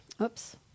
Oops